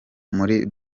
muri